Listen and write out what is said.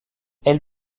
elle